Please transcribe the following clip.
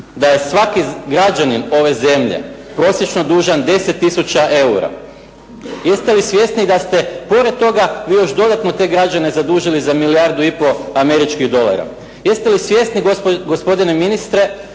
da je svaki građanin ove zemlje prosječno dužan 10 tisuća eura? Jeste li svjesni da ste pored toga vi još dodatno te građane zadužili za milijardu i pol američkih dolara? Jeste li svjesni gospodine ministre,